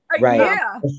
right